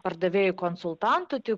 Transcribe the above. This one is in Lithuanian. pardavėju konsultantu tik